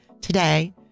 Today